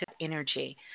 energy